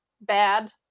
bad